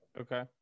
okay